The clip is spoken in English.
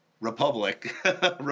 republic